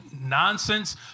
nonsense